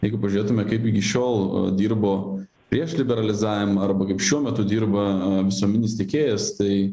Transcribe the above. jeigu pažiūrėtume kaip iki šiol dirbo prieš liberalizavimą arba kaip šiuo metu dirba visuomeninis tiekėjas tai